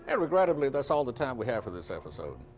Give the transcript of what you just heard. and regrettably, that's all the time we have in this episode.